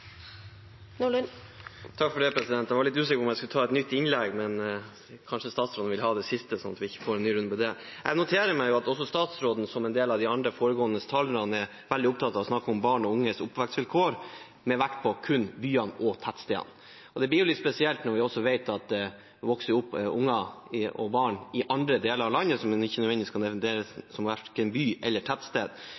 nytt innlegg, men kanskje statsråden vil ha det siste, sånn at vi ikke får en ny runde med det. Jeg noterer meg at også statsråden, som en del av de foregående talerne, er veldig opptatt av å snakke om barn og unges oppvekstvilkår med vekt på kun byene og tettstedene. Det blir litt spesielt når vi vet at det vokser opp barn i deler av landet som ikke nødvendigvis kan defineres